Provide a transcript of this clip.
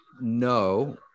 no